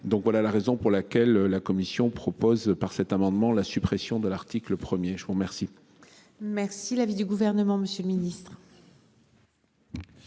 Donc voilà la raison pour laquelle la commission propose par cet amendement la suppression de l'article premier, je vous remercie. Merci l'avis du gouvernement, Monsieur le Ministre.